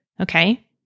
Okay